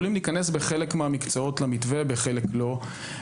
הם יכולים להיכנס בחלק מהמקצועות למתווה ובחלק לא,